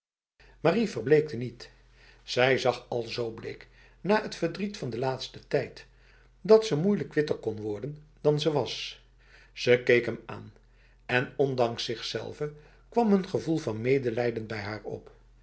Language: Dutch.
marie verbleekte niet zij zag al zo bleek na al het verdriet van de laatste tijd dat ze moeilijk witter kon worden dan ze was ze keek hem aan en ondanks zichzelve kwam een gevoel van medelijden bij haar op